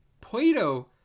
plato